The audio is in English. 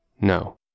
No